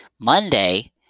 Monday